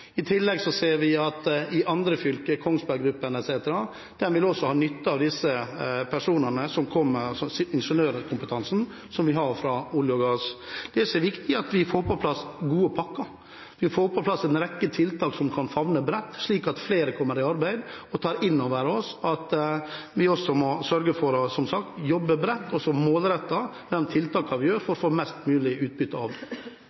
I tillegg ser vi at også andre fylker, hos Kongsberg Gruppen etc., vil ha nytte av ingeniørkompetansen fra olje- og gassektoren. Det som er viktig, er at vi får på plass gode pakker, at vi får på plass en rekke tiltak som kan favne bredt, slik at flere kommer i arbeid, og at vi tar innover oss at vi også må sørge for – som sagt – å jobbe bredt og målrettet med de tiltakene vi gjør, for å få størst mulig utbytte av